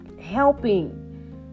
helping